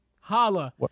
Holla